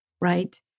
right